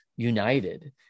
United